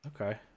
okay